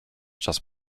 czas